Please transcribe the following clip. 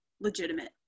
legitimate